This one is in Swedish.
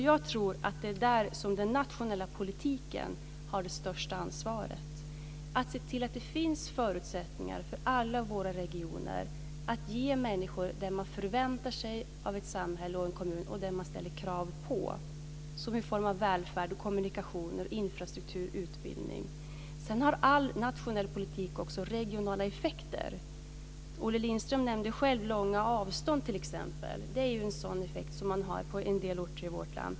Jag tror att det är där som den nationella politiken har det största ansvaret för att se till att det finns förutsättningar för alla våra regioner att ge människor det som de förväntar sig av ett samhälle och en kommun och det som de ställer krav på när det gäller välfärd, kommunikationer, infrastruktur och utbildning. Sedan har all nationell politik också regionala effekter. Olle Lindström nämnde detta med långa avstånd. Det gäller en del orter i vårt land.